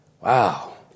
Wow